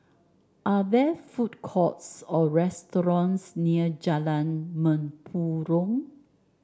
are there food courts or restaurants near Jalan Mempurong